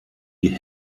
die